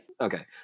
Okay